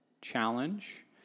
challenge